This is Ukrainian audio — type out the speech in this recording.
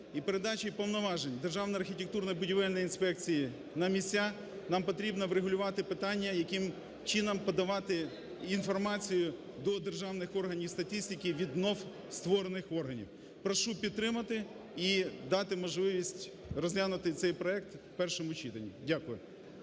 і передачею повноважень Державної архітектурно-будівельної інспекції на місця, нам потрібно врегулювати питання, яким чином подавати інформацію до державних органів статистики від вновь створених органів. Прошу підтримати і дати можливість розглянути цей проект в першому читанні. Дякую.